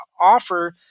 offer